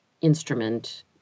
instrument